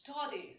studies